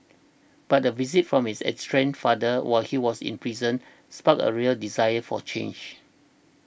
but a visit from his estranged father while he was in prison sparked a real desire for change